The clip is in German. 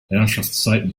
herrschaftszeiten